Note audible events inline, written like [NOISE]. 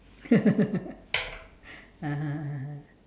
[LAUGHS] (uh huh) (uh huh)